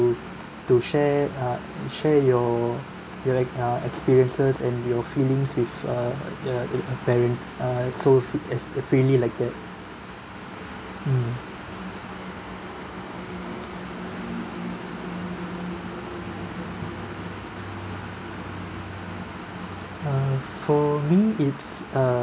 to share uh share your your like uh experiences and your feelings with uh uh uh parent uh so as uh freely like that mm uh for me it's